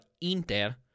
Inter